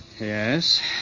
Yes